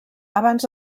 abans